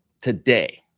today